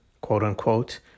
quote-unquote